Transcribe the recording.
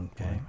Okay